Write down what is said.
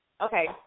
okay